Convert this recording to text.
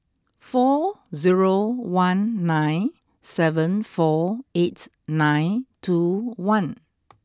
four zero one nine seven four eight nine two one